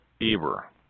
Eber